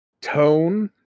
tone